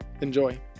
Enjoy